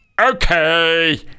Okay